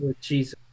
jesus